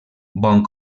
bon